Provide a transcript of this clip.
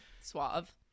suave